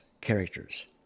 characters